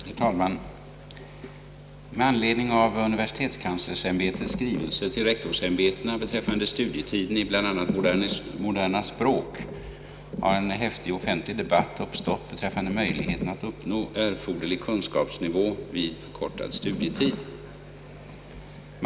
Herr talman! Med anledning av universitetskanslersämbetets skrivelse till rektorsämbetena beträffande studietiden i bl.a. moderna språk har en häftig offentlig debatt uppstått beträffande möjligheterna att uppnå erforderlig kunskapsnivå vid förkortad studietid.